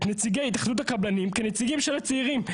נציגי התאחדות הקבלנים כנציגים של הצעירים.